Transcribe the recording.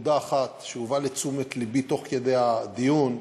נקודה אחת, שהובאה לתשומת לבי תוך כדי הדיון,